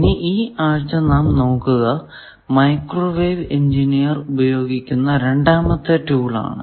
ഇനി ഈ ആഴ്ച നാം നോക്കുക മൈക്രോ വേവ് എഞ്ചിനീയർ ഉപയോഗിക്കുന്ന രണ്ടാമത്തെ ടൂൾ ആണ്